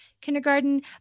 kindergarten